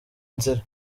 nzira